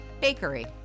Bakery